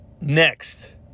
next